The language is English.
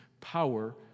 power